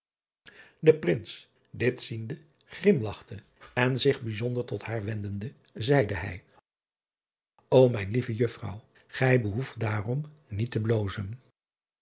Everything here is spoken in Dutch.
e rins dit ziende grimlachte en zich bijzonder tot haar wendende zeide hij ô ijn lieve uffrouw ij behoeft daarom niet te blozen